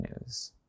news